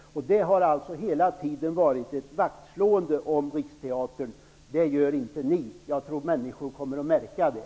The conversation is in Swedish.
Det har hela tiden varit ett vaktslående om Riksteatern. Så gör inte ni. Jag tror att människorna kommer att märka det.